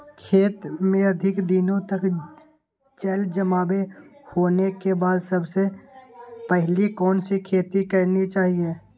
खेत में अधिक दिनों तक जल जमाओ होने के बाद सबसे पहली कौन सी खेती करनी चाहिए?